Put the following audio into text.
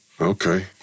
Okay